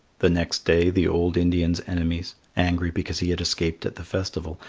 the next day the old indian's enemies, angry because he had escaped at the festival,